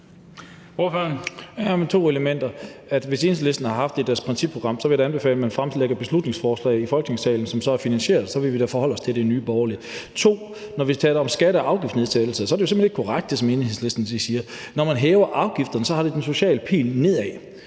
Hvis Enhedslisten har haft det i deres principprogram, vil jeg da anbefale, at man fremsætter et beslutningsforslag i Folketingssalen, som så er finansieret, for så vil vi da forholde os til det i Nye Borgerlige. 2) Når vi taler om skatte- og afgiftsnedsættelser, er det jo simpelt hen ikke korrekt, hvad Enhedslisten siger. For når man hæver afgifterne, har det den sociale pil nedad.